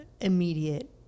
immediate